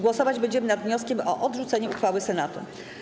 Głosować będziemy nad wnioskiem o odrzucenie uchwały Senatu.